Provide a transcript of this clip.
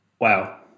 wow